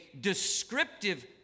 descriptive